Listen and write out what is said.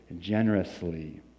generously